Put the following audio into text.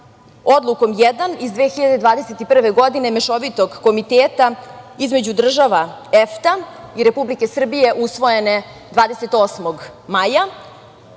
sa odlukom 1 iz 2021. godine mešovitog komiteta između država EFTA i Republike Srbije usvojene 28. maja